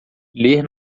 ler